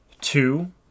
Two